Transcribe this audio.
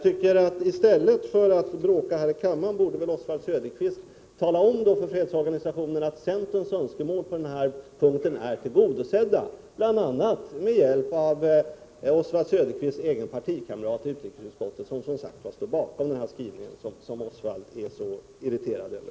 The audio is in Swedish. I stället för att bråka här i kammaren borde Oswald Söderqvist tala om för fredsorganisationerna att centerns önskemål på denna punkt har förverkligats, bl.a. med hjälp av Oswald Söderqvists egen partikämrat i utrikesutskottet, som står bakom den skrivning som Oswald Söderqvist är så irriterad över.